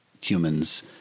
humans